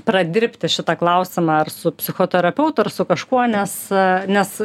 pradirbti šitą klausimą ar su psichoterapeutu ar su kažkuo nes nes